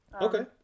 Okay